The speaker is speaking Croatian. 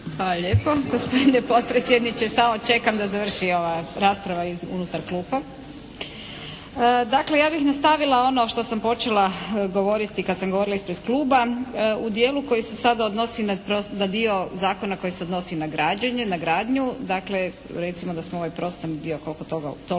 lijepo gospodine potpredsjedniče. Samo čekam da završi ova rasprava unutar klupa. Dakle, ja bih nastavila ono što sam počela govoriti kad sam govorila ispred kluba u dijelu koji se sada odnosi na dio zakona koji se odnosi na građenje, na gradnju. Dakle, recimo da smo ovaj prostorni dio koliko toliko prošli.